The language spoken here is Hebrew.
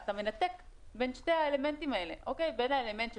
אתה מנתק בין שני האלמנטים האלה; בין האלמנט של